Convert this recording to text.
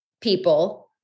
people